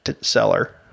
seller